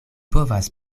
povas